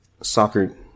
soccer